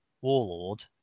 warlord